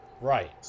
Right